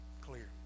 clear